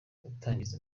gutangariza